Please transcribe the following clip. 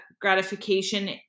gratification